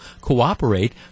cooperate